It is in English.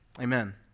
Amen